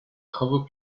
travaux